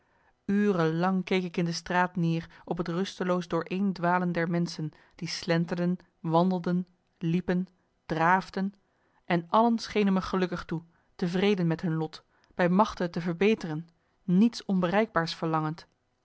lang keek ik in de straat neer op het rusteloos dooreen dwalen der menschen die slenterden wandelden liepen draafden en allen schenen me gelukkig toe tevreden met hun lot bij machte het te verbeteren niets onbereikbaars verlangend